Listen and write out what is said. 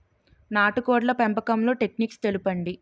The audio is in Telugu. నాటుకోడ్ల పెంపకంలో టెక్నిక్స్ తెలుపండి?